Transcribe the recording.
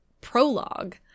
prologue